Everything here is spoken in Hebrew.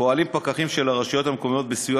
פועלים פקחים של הרשויות המקומיות בסיוע